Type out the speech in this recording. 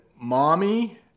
mommy